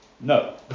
no